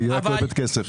היא רק אוהבת כסף.